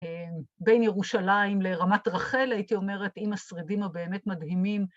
‫בין ירושלים לרמת רחל, ‫הייתי אומרת, עם השרידים הבאמת מדהימים.